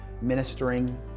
ministering